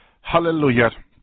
Hallelujah